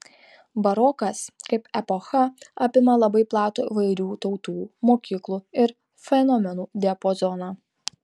barokas kaip epocha apima labai platų įvairių tautų mokyklų ir fenomenų diapazoną